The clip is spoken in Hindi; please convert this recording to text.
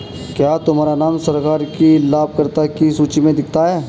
क्या तुम्हारा नाम सरकार की लाभकर्ता की सूचि में देखा है